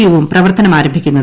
U വും പ്രവർത്തനമാരംഭിക്കുന്നത്